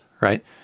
right